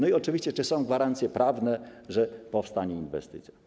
Oczywiście, czy są gwarancje prawne, że powstanie inwestycja.